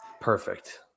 Perfect